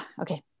Okay